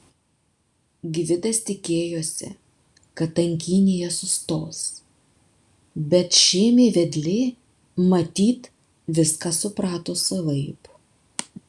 gvidas tikėjosi kad tankynėje sustos bet šėmė vedlė matyt viską suprato savaip